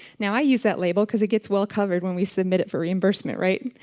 now i use that label because it gets well-covered when we submit it for reimbursement, right?